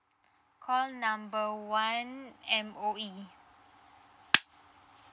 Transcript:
call number one M_O_E